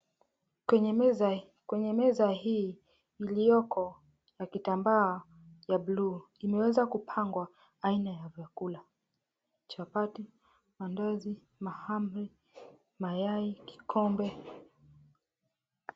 Kwenye meza hii iliyoko na kitambaa ya bluu imeweza kupangwa aina ya vyakula, chapati, maandazi, mahamri, mayai kikombe.